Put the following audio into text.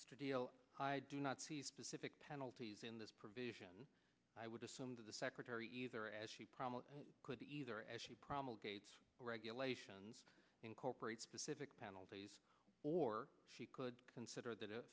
is to deal do not see specific penalties in this provision i would assume to the secretary either as he could be either as she promulgated regulations incorporate specific penalties or she could consider that a